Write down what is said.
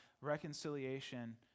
reconciliation